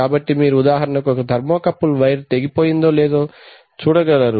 కాబట్టి మీరు ఉదాహరణకు ఒక ధర్మో కపుల్ వైరు తెగిపోయిందో లేదో చూడగలరు